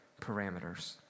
parameters